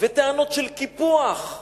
וטענות של קיפוח,